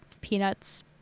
Peanuts